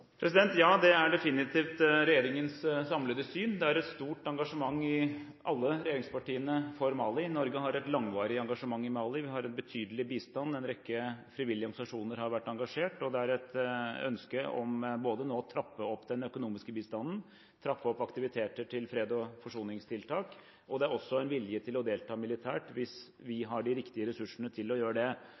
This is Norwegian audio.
Ja, det er definitivt regjeringens samlede syn. Det er et stort engasjement for Mali i alle regjeringspartiene. Norge har et langvarig engasjement i Mali, vi har en betydelig bistand, en rekke frivillige organisasjoner har vært engasjert, og det er et ønske om både å trappe opp den økonomiske bistanden og trappe opp aktiviteter til fred og forsoningstiltak. Det er også en vilje til å delta militært hvis vi har de riktige ressursene til å gjøre det.